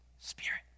Spirit